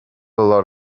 lot